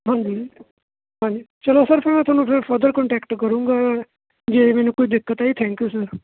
ਹਾਂਜੀ ਹਾਂਜੀ ਚਲੋ ਫ਼ੇਰ ਸਰ ਤੁਹਾਨੂੰ ਮੈਂ ਫਰਦਰ ਕੋਂਟੈਕਟ ਕਰੂੰਗਾ ਜੇ ਮੈਨੂੰ ਕੋਈ ਦਿੱਕਤ ਆਈ ਥੈਂਕ ਯੂ ਸਰ